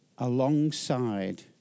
alongside